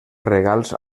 regals